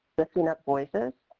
lifting up voices.